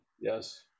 Yes